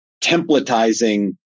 templatizing